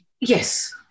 Yes